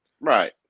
Right